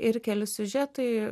ir keli siužetai